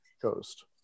coast